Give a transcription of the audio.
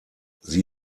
sie